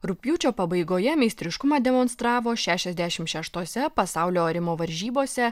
rugpjūčio pabaigoje meistriškumą demonstravo šešiasdešimt šeštose pasaulio arimo varžybose